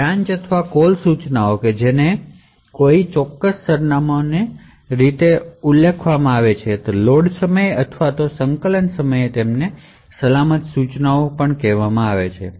branch અથવા call instructions કે જેના ટાર્ગેટ સરનામાઓને લોડ સમયે સ્ટેટિક રીતે ઉકેલી શકાય તેમને પણ સલામત ઇન્સટ્રકશનશ કહેવામાં આવે છે